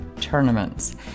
tournaments